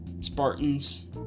Spartans